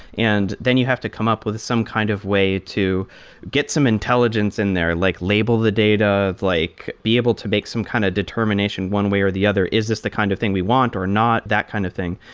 and then you have to come up with some kind of way to get some intelligence in there, like label the data, like be able to make some kind a determination one way or the other. is this the kind of thing we want or not, that kind of thing.